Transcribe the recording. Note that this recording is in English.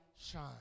shine